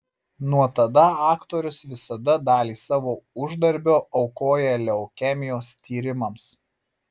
nuo tada aktorius visada dalį savo uždarbio aukoja leukemijos tyrimams